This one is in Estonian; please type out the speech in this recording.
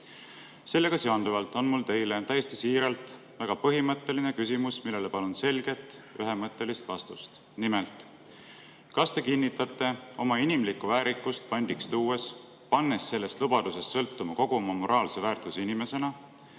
Sellega seonduvalt on mul teile täiesti siiralt väga põhimõtteline küsimus, millele palun selget, ühemõttelist vastust. Nimelt: kas te kinnitate oma inimlikku väärikust pandiks tuues, pannes sellest lubadusest sõltuma kogu oma moraalse väärtuse inimesena,